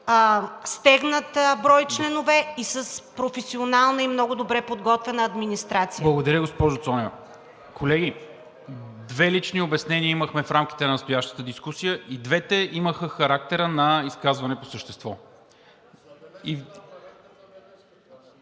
стегнат брой членове и с професионална и много добре подготвена администрация. ПРЕДСЕДАТЕЛ НИКОЛА МИНЧЕВ: Благодаря, госпожо Цонева. Колеги, две лични обяснения имахме в рамките на настоящата дискусия, като и двете имаха характера на изказване по същество.